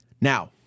Now